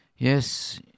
Yes